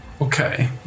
Okay